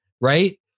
Right